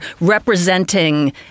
representing